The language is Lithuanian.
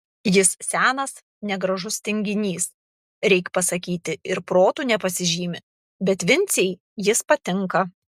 jis senas negražus tinginys reik pasakyti ir protu nepasižymi bet vincei jis patinka